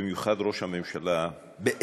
במיוחד ראש הממשלה, באמת,